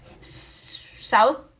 South